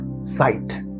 sight